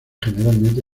generalmente